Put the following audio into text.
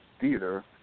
theater